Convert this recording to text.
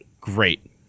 Great